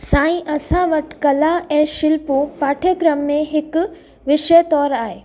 साईं असां वटि कला ऐं शिल्पु पाठ्यक्रम में हिकु विषय तौरु आहे